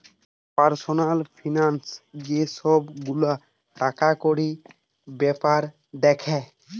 personal finance যে সব গুলা টাকাকড়ির বেপার দ্যাখে